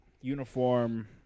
uniform